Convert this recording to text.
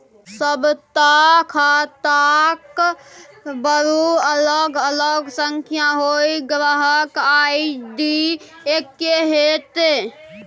सभटा खाताक बरू अलग अलग संख्या होए ग्राहक आई.डी एक्के हेतै